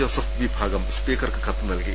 Joseph വിഭാഗം സ്പീക്കർക്ക് കത്ത് നൽകി